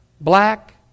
black